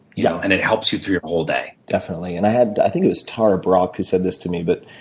you know and it helped you through your whole day. definitely. and i had, i think, it was tara brach who said this to me, but